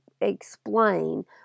explain